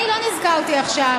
אני לא נזכרתי עכשיו.